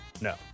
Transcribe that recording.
no